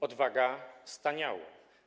Odwaga staniała.